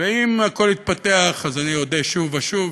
ואם הכול יתפתח אז אני אודה שוב ושוב,